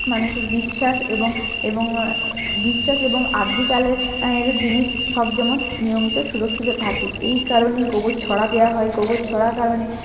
মানুষের বিশ্বাস এবং এবং বিশ্বাস এবং আদ্যিকালের এর জিনিস সব যেমন নিয়মিত সুরক্ষিত থাকে এই কারণে গোবর ছড়া দেওয়া হয় গোবর ছড়ার কারণে